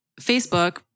Facebook